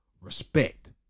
respect